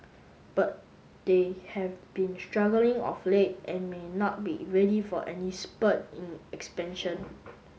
but they have been struggling of late and may not be ready for any spurt in expansion